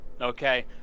Okay